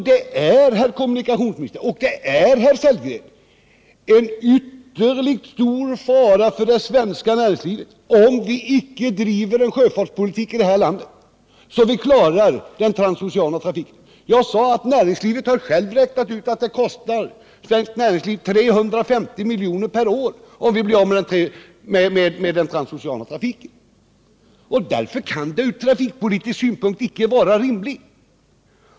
Detta är, herr kommunikationsminister och herr Sellgren, en ytterligt stor fara för svenskt näringsliv om vi icke driver en sjöfartspolitik i det här landet som gör att vi klarar den transoceana sjöfarten. Jag sade tidigare att man inom näringslivet räknat ut att det kostar för svenskt näringsliv nära 350 milj.kr. per år, om vi blir av med den transoceana trafiken. Därför kan detta ur trafikpolitisk synpunkt icke vara rimligt.